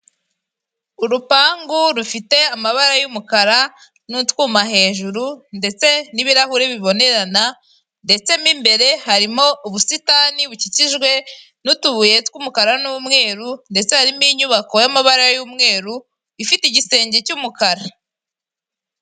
Urupangu rufite amabara y'umukara n'utwuma hejuru, ndetse n'ibirahuri bibonerana ndetse mo imbere harimo ubusitani bukikijwe n'utubuye tw'umukara n'umweru, ndetse harimo inyubako y'amabara y'umweru ifite igisenge cy'umukara.